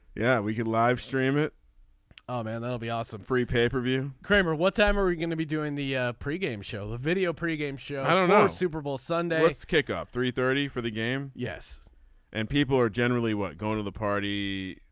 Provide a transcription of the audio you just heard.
yeah we had live stream it um and that'll be awesome free pay per view. kramer what time are you gonna be doing the pregame show. the video pretty game show i don't know super bowl sunday it's kickoff three thirty for the game. yes and people are generally what going to the party.